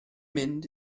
mynd